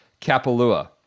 Kapalua